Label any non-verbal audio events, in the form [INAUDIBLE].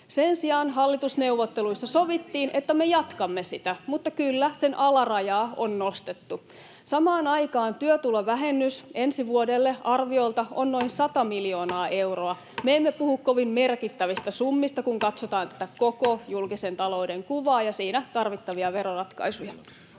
Sen sijaan hallitusneuvotteluissa sovittiin, että me jatkamme sitä, mutta kyllä, sen alarajaa on nostettu. Samaan aikaan työtulovähennys ensi vuodelle on arviolta noin 100 miljoonaa euroa. [NOISE] Me emme puhu kovin merkittävistä summista, kun katsotaan tätä koko julkisen talouden kuvaa ja siinä tarvittavia veroratkaisuja.